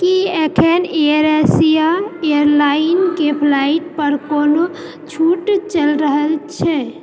की एखन AirAsia एयरलाइनके flight पर कोनो छूट चलि रहल छै